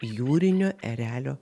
jūrinio erelio